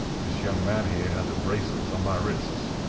this young man here had the bracelets on my wrists,